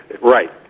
right